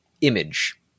image